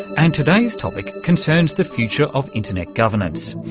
and today's topic concerns the future of internet governance,